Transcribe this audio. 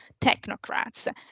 technocrats